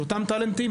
את אותם טאלנטים,